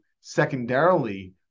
secondarily